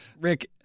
Rick